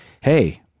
hey